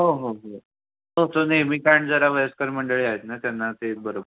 हो हो हो तो नेहमीचा आणि जरा वयस्कर मंडळी आहेत ना त्यांना ते बरोबर